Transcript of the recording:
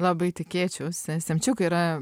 labai tikėčiausi semčiukai yra